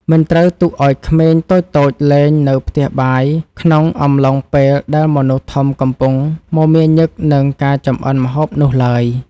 មិនត្រូវទុកឱ្យក្មេងតូចៗលេងនៅក្នុងផ្ទះបាយក្នុងអំឡុងពេលដែលមនុស្សធំកំពុងមមាញឹកនឹងការចម្អិនម្ហូបនោះឡើយ។